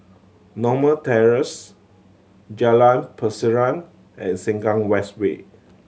Norma Terrace Jalan Pasiran and Sengkang West Way